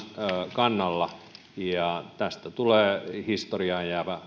kannalla tästä tulee historiaan jäävä